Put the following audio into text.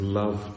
love